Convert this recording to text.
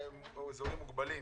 מאזורים מוגבלים.